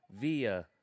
via